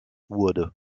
wurde